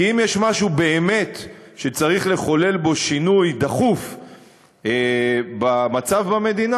כי אם יש משהו שבאמת צריך לחולל בו שינוי דחוף במצב במדינה,